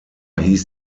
hieß